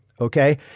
okay